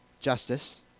justice